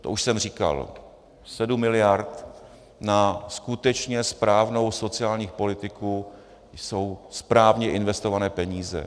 To už jsem říkal, 7 mld. na skutečně správnou sociální politiku jsou správně investované peníze.